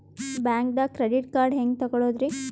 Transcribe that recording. ಬ್ಯಾಂಕ್ದಾಗ credit card ಹೆಂಗ್ ತಗೊಳದ್ರಿ?